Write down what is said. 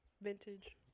Vintage